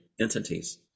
entities